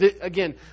Again